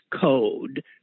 code